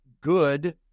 good